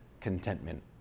contentment